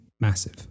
Massive